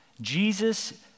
Jesus